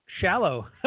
shallow